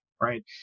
right